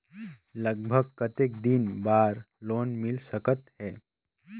लगभग कतेक दिन बार लोन मिल सकत हे?